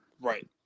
Right